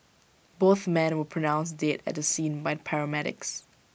both men were pronounced dead at the scene by paramedics